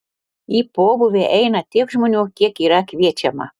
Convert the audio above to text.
į pobūvį eina tiek žmonių kiek yra kviečiama